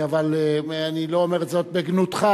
אבל אני לא אומר זאת בגנותך,